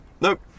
Nope